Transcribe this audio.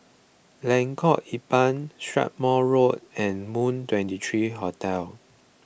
Lengkok Empat Strathmore Road and Moon twenty three Hotel